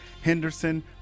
Henderson